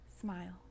smile